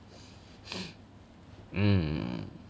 mm